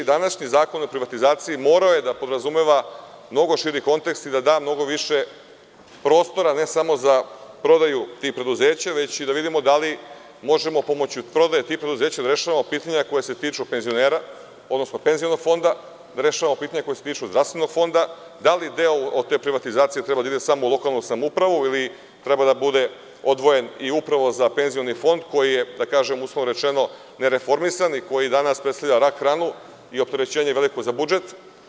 Današnji Zakon o privatizaciji morao je da podrazumeva mnogo širi kontekst i da da mnogo više prostora, ne samo za prodajutih preduzeća, već i da vidimo da li možemo pomoću prodaje tih preduzeća da rešavamo pitanja koja se tiču penzionera, odnosno Penzionog fonda, da rešavamo pitanja koja se tiču Zdravstvenog fonda, da li deo od te privatizacije treba da ide samo u lokalnu samoupravu ili treba da bude odvojen i upravo za Penzioni fond koji je uslovno rečeno nereformisan i koji danas predstavlja rak ranu i veliko opterećenje za budžet.